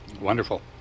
Wonderful